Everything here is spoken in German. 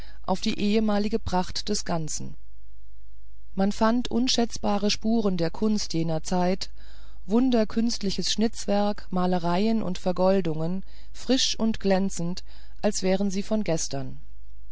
auf die ehemalige pracht des ganzen man fand unschätzbare spuren der kunst jener zeiten wunderkünstliches schnitzwerk malereien und vergoldungen frisch und glänzend als wären sie von gestern